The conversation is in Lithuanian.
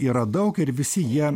yra daug ir visi jie